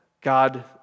God